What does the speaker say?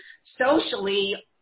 socially